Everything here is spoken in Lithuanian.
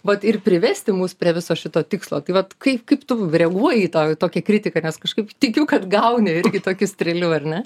vat ir privesti mus prie viso šito tikslo tai vat kaip kaip tum reaguoji į tą tokią kritiką nes kažkaip tikiu kad gauni irgi tokį strėlių ne